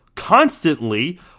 constantly